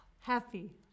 Happy